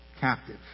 captive